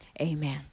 Amen